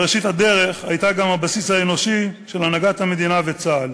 בראשית הדרך היא הייתה גם הבסיס האנושי של הנהגת המדינה וצה"ל.